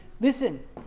Listen